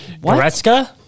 Gretzka